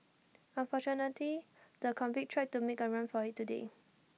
unfortunately the convict tried to make A run for IT today